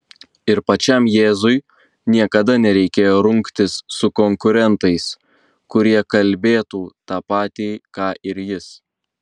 ir pačiam jėzui niekada nereikėjo rungtis su konkurentais kurie kalbėtų tą patį ką ir jis